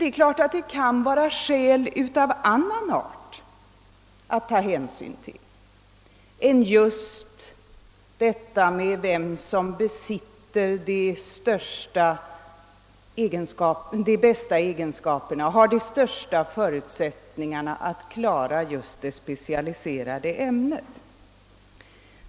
Naturligtvis kan man behöva ta hänsyn av annan art än vem som besitter de största kunskaperna och har de bästa förutsättningarna att klara det specialiserade ämnet.